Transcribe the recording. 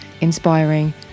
inspiring